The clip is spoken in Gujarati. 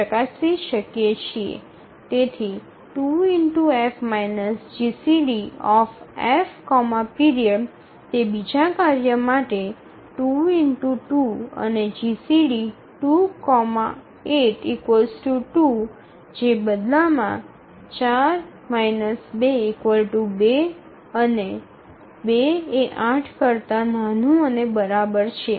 તેથી ૨F જીસીડી F પીરિયડ તે બીજા કાર્ય માટે ૨ ૨ અને જીસીડી ૨૮ ૨ જે બદલામાં ૪ ૨ ૨ અને ૨ ≤ ૮ છે